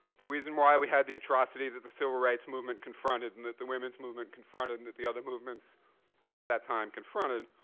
the reason why we had the atrocity that the civil rights movement confronted and that the women's movement confronted and that the other movements of that time confronted,